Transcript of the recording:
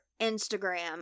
instagram